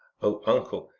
oh, uncle,